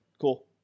Cool